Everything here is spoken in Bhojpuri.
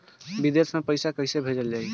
विदेश में पईसा कैसे भेजल जाई?